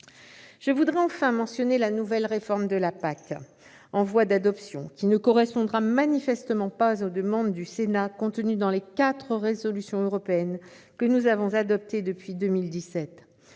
Je voudrais enfin mentionner la nouvelle réforme de la PAC, en voie d'adoption, laquelle ne correspondra manifestement pas aux demandes du Sénat exprimées dans les quatre résolutions européennes que nous avons adoptées depuis 2017.